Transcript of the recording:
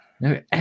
No